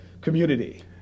community